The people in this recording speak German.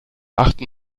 achten